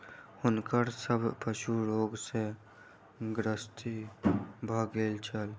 हुनकर सभ पशु रोग सॅ ग्रसित भ गेल छल